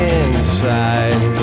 inside